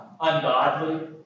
Ungodly